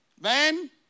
Man